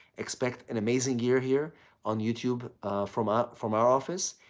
expect an amazing year here on youtube from ah from our office.